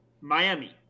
Miami